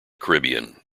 caribbean